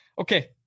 Okay